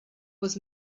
was